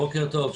בוקר טוב.